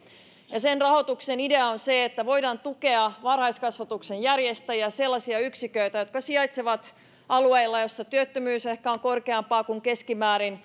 sen rahoituksen idea on se että voidaan tukea varhaiskasvatuksen järjestäjiä sellaisia yksiköitä jotka sijaitsevat alueilla joilla työttömyys ehkä on korkeampaa kuin keskimäärin